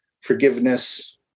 forgiveness